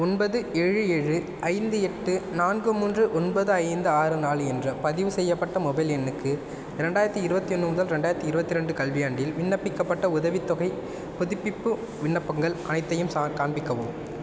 ஒன்பது ஏழு ஏழு ஐந்து எட்டு நான்கு மூன்று ஒன்பது ஐந்து ஆறு நாலு என்ற பதிவுசெய்யப்பட்ட மொபைல் எண்ணுக்கு இரண்டாயிரத்தி இருபத்தி ஒன்று முதல் ரெண்டாயிரத்தி இருபத்தி ரெண்டு கல்வியாண்டில் விண்ணப்பிக்கப்பட்ட உதவித்தொகைப் புதுப்பிப்பு விண்ணப்பங்கள் அனைத்தையும் சா காண்பிக்கவும்